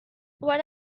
what